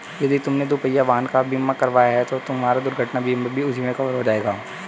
यदि तुमने दुपहिया वाहन का बीमा कराया है तो तुम्हारा दुर्घटना बीमा भी उसी में कवर हो जाएगा